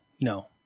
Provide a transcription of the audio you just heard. no